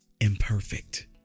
Imperfect